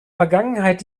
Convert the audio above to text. vergangenheit